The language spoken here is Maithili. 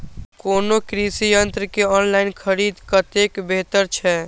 कोनो कृषि यंत्र के ऑनलाइन खरीद कतेक बेहतर छै?